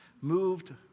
Moved